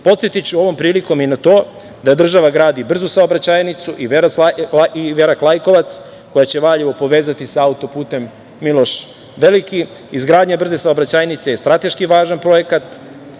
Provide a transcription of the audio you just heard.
ovom prilikom i na to da država gradi brzu saobraćajnicu i Verak-Lajkovac, koja će Valjevo povezati sa autoputem „Miloš Veliki“. Izgradnja brze saobraćajnice je strateški važan projekat